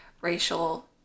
racial